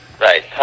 right